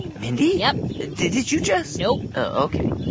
mindy? yup did did you just. nope ok.